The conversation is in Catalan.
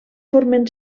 formen